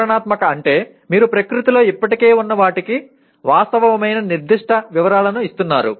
వివరణాత్మక అంటే మీరు ప్రకృతిలో ఇప్పటికే ఉన్న వాటికి వాస్తవమైన నిర్దిష్ట వివరాలను ఇస్తున్నారు